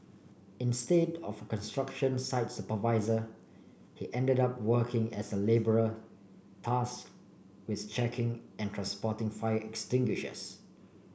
instead of construction site supervisor he ended up working as a labourer task with checking and transporting fire extinguishers